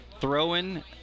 Throwing